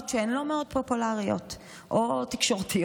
שהן לא מאוד פופולריות או תקשורתיות.